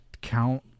count